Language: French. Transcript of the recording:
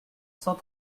cent